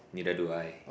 neither do I